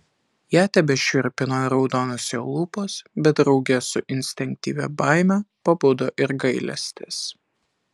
ją tebešiurpino raudonos jo lūpos bet drauge su instinktyvia baime pabudo ir gailestis